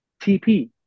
TP